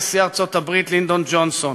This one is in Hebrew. נשיא ארצות-הברית לינדון ג'ונסון.